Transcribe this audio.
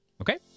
Okay